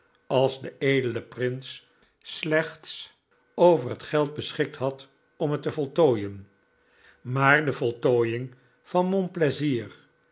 als de edele prins slechts over het geld beschikt had om het te voltooien maar de voltooiing van